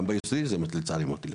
שגם שם זה אגב מתחיל לצערי לקרות.